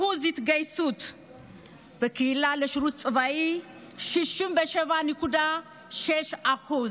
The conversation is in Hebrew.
אחוז ההתגייסות לשירות צבאי בקהילה, 67.6%,